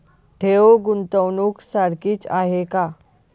ठेव, गुंतवणूक सारखीच आहे का?